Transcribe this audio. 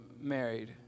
married